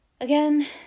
again